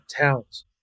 towns